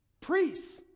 Priests